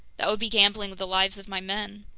that would be gambling with the lives of my men.